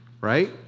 Right